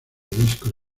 discos